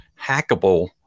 hackable